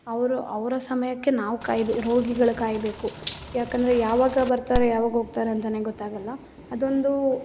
ಅವರು ಅವರ ಸಮಯಕ್ಕೆ ನಾವು ಕಾಯ್ಬೇ ರೋಗಿಗಳು ಕಾಯಬೇಕು ಯಾಕಂದರೆ ಯಾವಾಗ ಬರ್ತಾರೆ ಯಾವಾಗ ಹೋಗ್ತಾರೆಂತಲೇ ಗೊತ್ತಾಗೋಲ್ಲ ಅದೊಂದು